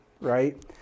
right